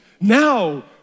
Now